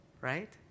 right